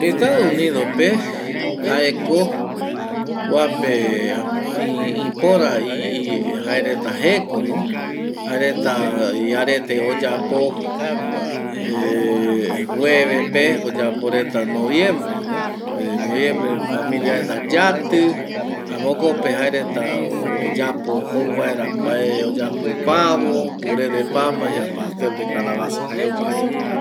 Estados Unidos pe jaeko ipora ˂hesitation˃ jaereta jeko jaereta oyapo ˂hesitation˃ jueves pe oyaporeta noviembre pe familia reta yati jaema jokope jaereta oyapo jou vaera mbae pavo, pure de papa jei rtea supe va jae jokua jaereta oyapo va